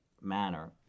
manner